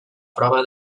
prova